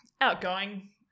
outgoing